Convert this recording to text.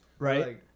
Right